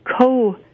co